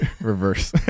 Reverse